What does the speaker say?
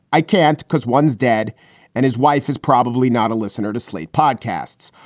i can't because one is dead and his wife is probably not a listener to slate podcasts.